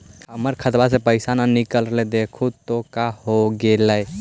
हमर खतवा से पैसा न निकल रहले हे देखु तो का होगेले?